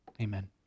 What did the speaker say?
Amen